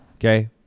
Okay